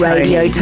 Radio